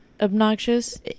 obnoxious